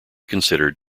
considered